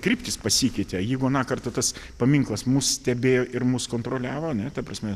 kryptys pasikeitė jeigu aną kartą tas paminklas mus stebėjo ir mus kontroliavo ar ne ta prasme